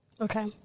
Okay